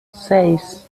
seis